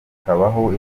hakabaho